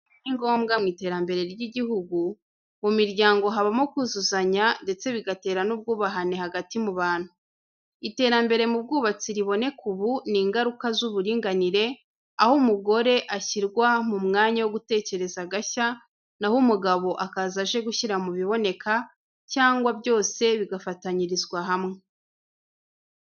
Uburinganire ni ngombwa mu iterambere ry’igihugu, mu miryango habamo kuzuzanya ndetse bigatera n’ubwubahane hagati mu bantu. Iterambere mu bwubatsi riboneka ubu ni ingaruka ry’uburinganire, aho umugore ashyirwa mu mwanya wo gutekereza agashya na ho umugabo akaza aje gushyira mu biboneka cyangwa byose bigafatanyirizwa hamwe.